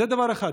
זה דבר אחד.